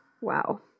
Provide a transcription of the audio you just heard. Wow